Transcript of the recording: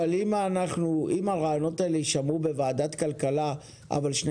אבל הרעיונות האלה יישמרו בוועדת הכלכלה מבלי ששני